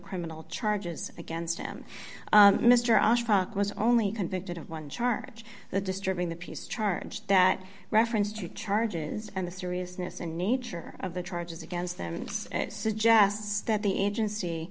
criminal charges against him mr i was only convicted of one charge the disturbing the peace charge that reference to charges and the seriousness and nature of the charges against them suggests that the agency